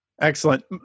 Excellent